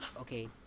okay